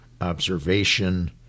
observation